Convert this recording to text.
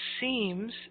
seems